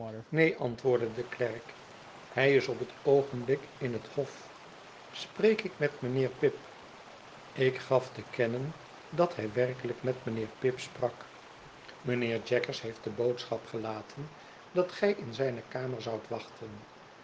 neen antwoordde de klerk hij is op het oogenblik in het hof spreek ik met mynheer pip ik gaf te kennen dat hij werkehjk met mijnheer pip sprak mijnheer jaggers heeft de boodschap gelaten dat gij in zijne kamer zoudt wachten